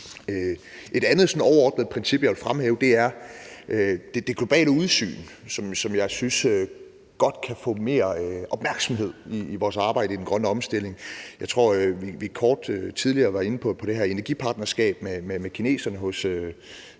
Et andet overordnet princip, jeg vil fremhæve, er det globale udsyn, som jeg synes godt kan få mere opmærksomhed i vores arbejde med den grønne omstilling. Jeg tror, at vi tidligere kort var inde på det her energipartnerskab, som